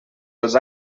els